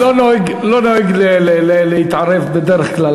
לא נוהג להתערב בדרך כלל,